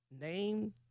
name